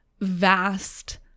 vast